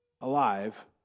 Alive